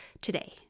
today